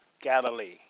Galilee